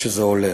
כשזה עולה.